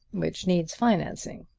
which needs financing.